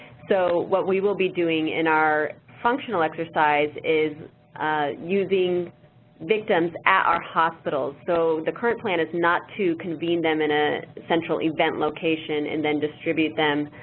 so what we will be doing in our functional exercise is using victims at our hospitals. so the current plan is not to convene them in a central event location and then distribute them